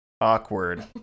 Awkward